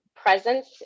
Presence